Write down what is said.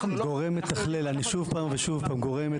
גורם מתכלל, אני שוב פעם ושוב פעם, גורם מתכלל.